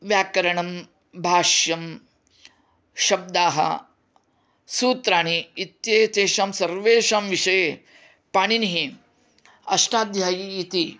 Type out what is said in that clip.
व्याकरणं भाष्यं शब्दाः सूत्राणि इत्येतेषां सर्वेषां विषये पाणिनिः अष्टाध्यायी इति